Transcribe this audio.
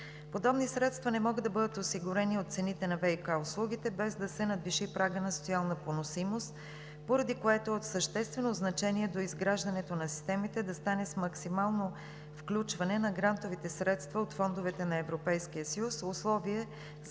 Подобни средства не могат да бъдат осигурени от цените на ВиК услугите, без да се надвиши прагът на социална поносимост, поради което от съществено значение е доизграждането на системите да стане с максимално включване на грантовите средства от фондовете на Европейския съюз, условие за